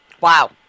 Wow